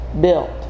built